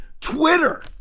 Twitter